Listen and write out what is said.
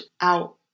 out